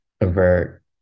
avert